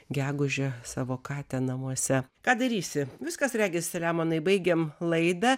gegužę savo katę namuose ką darysi viskas regis saliamonai baigiam laidą